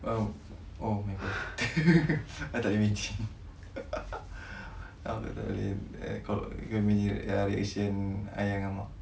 uh oh my god aku tak boleh imagine aku tak boleh kau imagine reaction ayah ngan mak